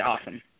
awesome